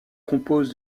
compose